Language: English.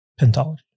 Pentology